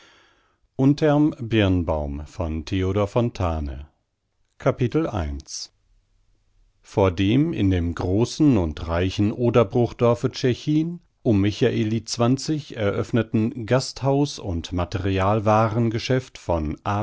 altenburg i vor dem in dem großen und reichen oderbruchdorfe tschechin um mich eröffneten gasthaus und materialwaarengeschäft von